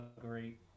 great